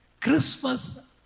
Christmas